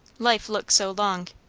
life looks so long!